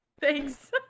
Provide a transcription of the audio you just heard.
thanks